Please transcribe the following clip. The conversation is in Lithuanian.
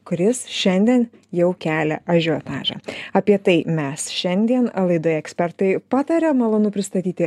kuris šiandien jau kelia ažiotažą apie tai mes šiandien laidoje ekspertai pataria malonu pristatyti